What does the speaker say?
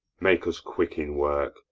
make us quick in work,